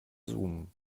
zoom